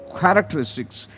characteristics